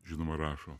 žinoma rašo